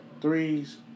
Threes